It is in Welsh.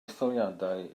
etholiadau